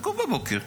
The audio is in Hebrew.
לקום בבוקר,